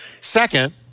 Second